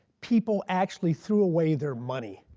people actually threw away their money,